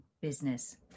business